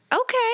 Okay